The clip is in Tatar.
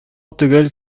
түгел